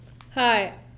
Hi